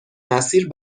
مسیر